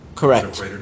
Correct